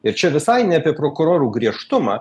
ir čia visai ne apie prokurorų griežtumą